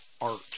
art